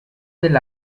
del